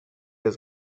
has